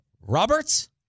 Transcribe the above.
Roberts